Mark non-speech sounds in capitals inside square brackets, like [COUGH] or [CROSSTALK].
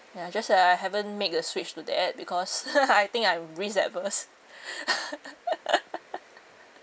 ya just that I haven't made the switch to that because [LAUGHS] I think I risk adverse [BREATH] [LAUGHS]